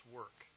work